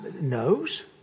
knows